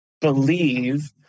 believe